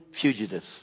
fugitives